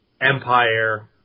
Empire